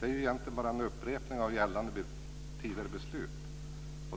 Det är egentligen bara en upprepning av gällande tidigare beslut.